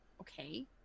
Okay